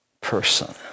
person